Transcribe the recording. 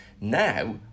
Now